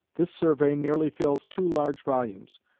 this survey nearly fills two large volumes,